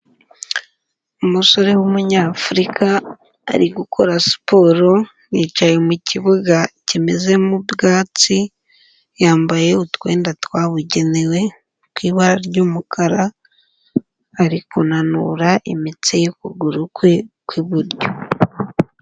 Umusore w'Umunyafurika ari gukora siporo yicaye mu kibuga kimezemo ubwatsi, yambaye utwenda twabugenewe tw'ibara ry'umukara, ari kunanura imitsi y'ukuguru kwe kw'iburyo.